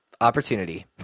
opportunity